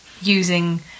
using